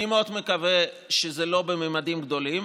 אני מאוד מקווה שזה לא בממדים גדולים,